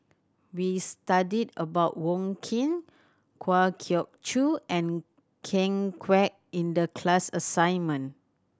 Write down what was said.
we studied about Wong Keen Kwa Geok Choo and Ken Kwek in the class assignment